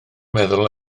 meddwl